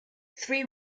three